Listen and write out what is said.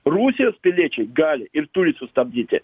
rusijos piliečiai gali ir turi sustabdyti